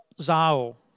Zao